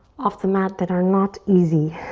off the mat that are not easy.